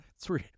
three